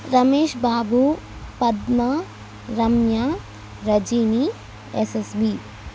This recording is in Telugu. రమేష్ బాబు పద్మ రమ్య రజిని యశస్వి